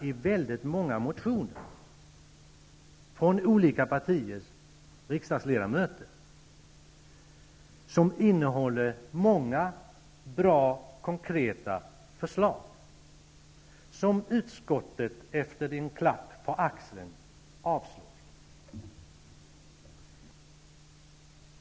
I väldigt många motioner från ledamöter i olika partier finns det däremot många bra och konkreta förslag, vilka utskottet efter en klapp på axeln avstyrker.